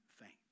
faint